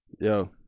Yo